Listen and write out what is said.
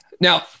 Now